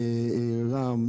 רם,